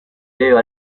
debe